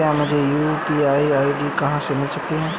मुझे अपनी UPI ID कहां मिल सकती है?